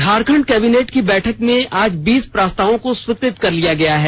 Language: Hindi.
झारखंड कैबिनेट की बैठक में आज बीस प्रस्तावों को स्वीकृत कर लिया गया है